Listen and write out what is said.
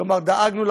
כלומר דאגנו,